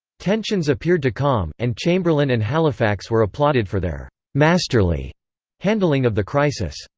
tensions appeared to calm, and chamberlain and halifax were applauded for their masterly handling of the crisis.